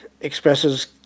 expresses